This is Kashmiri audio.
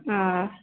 آ